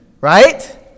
right